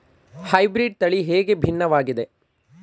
Hybrid ತಳಿ ಹೇಗೆ ಭಿನ್ನವಾಗಿದೆ?